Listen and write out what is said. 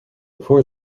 before